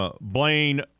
Blaine